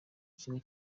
kigo